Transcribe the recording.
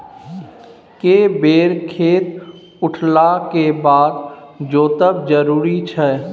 के बेर खेत उठला के बाद जोतब जरूरी छै?